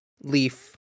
leaf